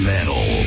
Metal